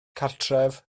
cartref